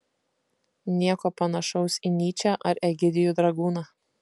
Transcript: nieko panašaus į nyčę ar egidijų dragūną